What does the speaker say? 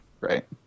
right